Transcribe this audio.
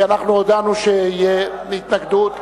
כי אנחנו הודענו שתהיה התנגדות.